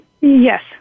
Yes